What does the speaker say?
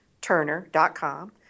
turner.com